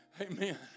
Amen